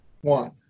one